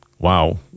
wow